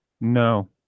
no